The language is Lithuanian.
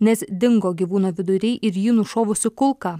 nes dingo gyvūno viduriai ir jį nušovusi kulka